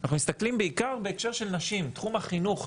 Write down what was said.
אנחנו מסתכלים בעיקר בהקשר של נשים, תחום החינוך,